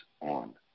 on